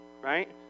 right